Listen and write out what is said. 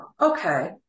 okay